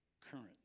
current